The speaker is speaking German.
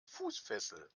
fußfessel